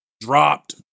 dropped